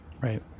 Right